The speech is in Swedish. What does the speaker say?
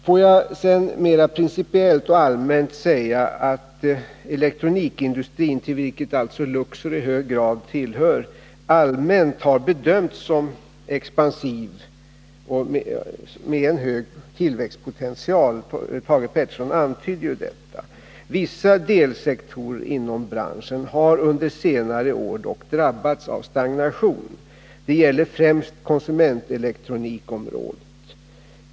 Får jag sedan mer principiellt och allmänt säga att elektronikindustrin, till vilken Luxor i hög grad hör, har bedömts vara expansiv och ha en god tillväxtpotential. Thage Peterson antydde ju detta. Vissa delsektorer inom branschen har under senare år dock drabbats av stagnation. Det gäller främst konsumentelektronikområdet.